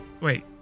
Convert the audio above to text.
Wait